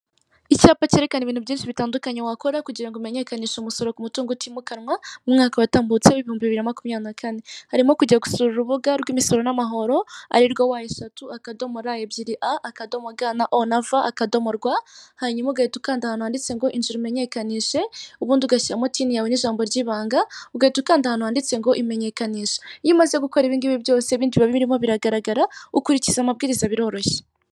Icyapa cyerekana ibintu byinshi bitandukanye wakora kugira ngo umenyekanishe umusoro ku mutungo utimukanwa umwaka watambutse w'ibihumbi bibiri na makumyabiri na kane, harimo kujya gusura urubuga rw'imisoro n'amahoro arirwo "wa ishatu akadomo ra ebyiri a akadomo ga na o na va akadomo rwa, hanyuma ugahita ukanda ahantu handitse ngo injira umenyekanishe ubundi ugashyiramo tini yawe n'ijambo ry'ibanga ugahita ukanda ahantu handitse ngo imenyekanishe. Iyo umaze gukora ibingibi byose ibindi biba birimo biragaragara ukurikiza amabwiriza biroroshye.